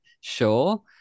sure